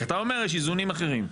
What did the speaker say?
כי אתה אומר יש איזונים אחרים.